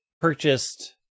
purchased